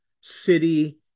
city